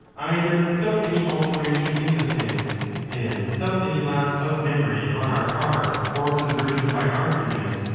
either, without any alteration in the thing and without any lapse of memory on our part or conversion by argument,